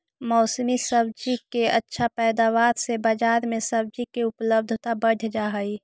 मौसमी सब्जि के अच्छा पैदावार से बजार में सब्जि के उपलब्धता बढ़ जा हई